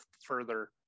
further